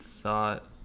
thought